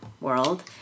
world